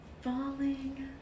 falling